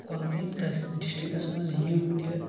کۄلگٲمۍ ڈِسٹِرٛکَس منٛز یِم تہِ